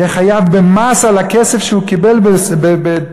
יהיה חייב במס על הכסף שהוא קיבל בפינוי-בינוי